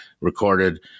recorded